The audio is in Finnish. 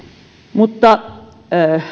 mutta